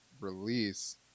release